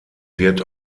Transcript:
wird